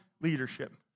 leadership